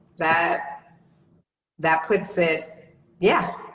that that puts it yeah.